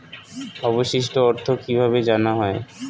অবশিষ্ট অর্থ কিভাবে জানা হয়?